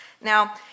Now